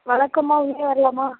வணக்கம்மா உள்ளே வரலாமா